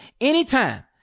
anytime